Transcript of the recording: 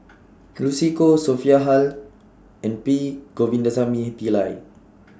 Lucy Koh Sophia Hull and P Govindasamy Pillai